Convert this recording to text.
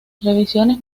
revisiones